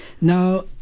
now